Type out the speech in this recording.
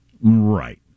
Right